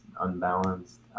unbalanced